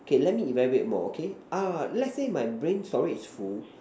okay let me elaborate more okay ah let's say my brain storage is full